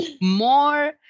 more